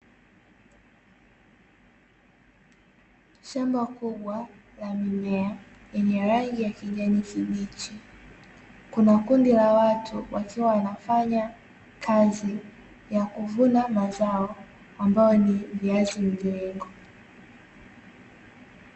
Shamba kubwa la mimea lenye rangi ya kijani kibichi. Kuna kundi la watu wakiwa wanafanya kazi ya kuvuna mazao ambayo ni viazi mviringo.